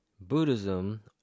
Buddhism